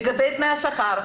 לגבי תנאי השכר,